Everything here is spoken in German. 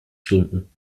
stunden